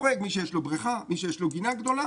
חורג מי שיש לו בריכה, מי שיש לו גינה גדולה.